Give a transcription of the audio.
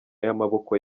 y’amaboko